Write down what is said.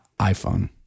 iPhone